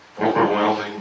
overwhelming